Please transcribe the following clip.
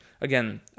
again